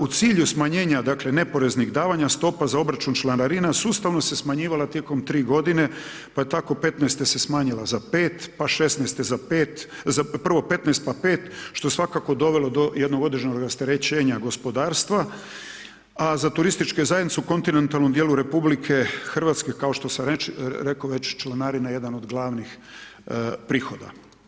U cilju smanjenja neporeznih davanja stopa za obračun članarina sustavno se smanjivala tijekom 3 g. pa je tako '15. se smanjila za 5, pa '16 za 5, prvo 15, pa 5 što je svakako dovelo do jednog određenog rasterećenja gospodarstva, a za turističke zajednice u kontinentalnom dijelu RH kao što sam rekao već, članarina je jedna od glavnih prihoda.